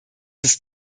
ist